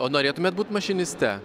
o norėtumėt būt mašiniste